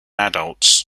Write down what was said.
adults